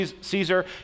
Caesar